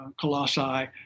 Colossae